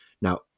Now